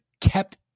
kept